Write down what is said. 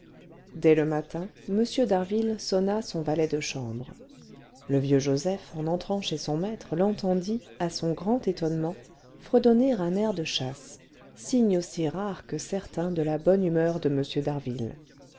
dès le matin m d'harville sonna son valet de chambre le vieux joseph en entrant chez son maître l'entendit à son grand étonnement fredonner un air de chasse signe aussi rare que certain de la bonne humeur de